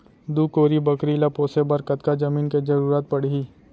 दू कोरी बकरी ला पोसे बर कतका जमीन के जरूरत पढही?